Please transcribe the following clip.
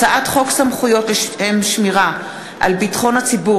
הצעת חוק סמכויות לשם שמירה על ביטחון הציבור